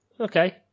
Okay